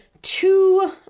Two